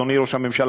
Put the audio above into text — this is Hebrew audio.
אדוני ראש הממשלה,